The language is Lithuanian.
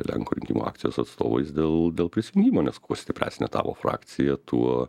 lenkų rinkimų akcijos atstovais dėl dėl prisijungimo nes kuo stipresnė tavo frakcija tuo